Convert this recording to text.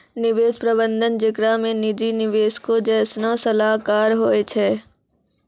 निवेश प्रबंधन जेकरा मे निजी निवेशको जैसनो सलाहकार होय छै